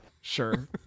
Sure